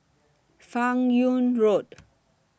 fan Yoong Road